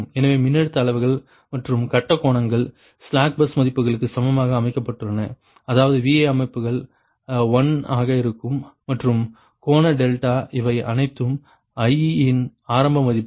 எனவே மின்னழுத்த அளவுகள் மற்றும் கட்டக் கோணங்கள் ஸ்லாக் பஸ் மதிப்புகளுக்குச் சமமாக அமைக்கப்பட்டுள்ளன அதாவது Vi ஆரம்ப மதிப்புகள் 1 ஆக இருக்கும் மற்றும் கோண டெல்டா இவை அனைத்தும் i இன் ஆரம்ப மதிப்புகள்